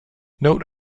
note